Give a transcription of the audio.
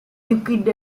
liquid